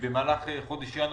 מי נמצא פה מרשות המיסים?